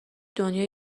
دنیا